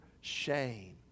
shame